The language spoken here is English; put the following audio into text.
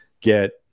get